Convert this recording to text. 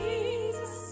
Jesus